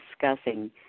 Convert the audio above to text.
discussing